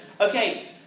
okay